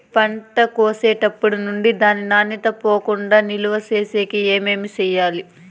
పంట కోసేటప్పటినుండి దాని నాణ్యత పోకుండా నిలువ సేసేకి ఏమేమి చేయాలి?